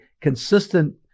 consistent